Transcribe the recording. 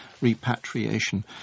repatriation